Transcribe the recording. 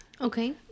okay